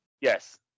Yes